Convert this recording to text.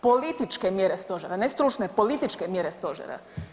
Političke mjere stožera, ne stručne, političke mjere stožera.